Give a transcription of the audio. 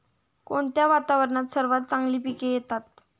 कोणत्या वातावरणात सर्वात चांगली पिके येतात?